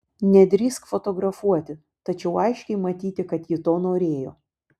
nedrįsk fotografuoti tačiau aiškiai matyti kad ji to norėjo